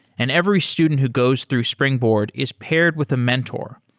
and every student who goes through springboard is paired with a mentor,